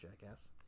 jackass